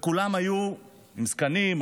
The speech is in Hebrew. וכולם היו עם זקנים,